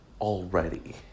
already